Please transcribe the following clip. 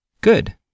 Good